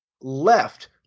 left